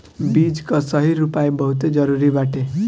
बीज कअ सही रोपाई बहुते जरुरी बाटे